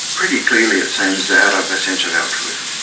pretty clearly it seems, out of a sense of altruism.